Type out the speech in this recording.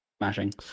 mashing